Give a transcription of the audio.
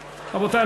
רבותי,